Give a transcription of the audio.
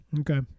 okay